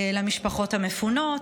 למשפחות המפונות.